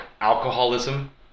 alcoholism